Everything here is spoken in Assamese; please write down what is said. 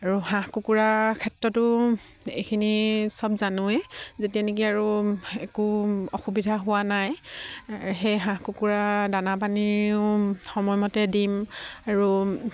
আৰু হাঁহ কুকুৰা ক্ষেত্ৰতো এইখিনি সব জানোৱেই যেতিয়া নেকি আৰু একো অসুবিধা হোৱা নাই সেই হাঁহ কুকুৰা দানা পানীও সময়মতে দিম আৰু